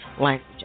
language